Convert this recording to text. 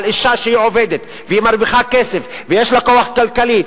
אבל אשה עובדת שמרוויחה כסף ויש לה כוח כלכלי,